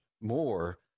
more